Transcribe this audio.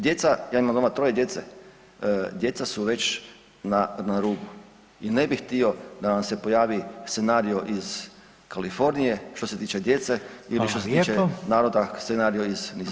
Djeca, ja imam doma troje djece, djeca su već na rubu i ne bih htio da nam se pojavi scenario iz Kalifornije, što se tiče djece [[Upadica: Hvala lijepo.]] ili što se tiče naroda scenario iz [[Upadica: Hvala.]] Nizozemske.